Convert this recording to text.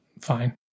fine